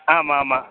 ஆமாம் ஆமாம்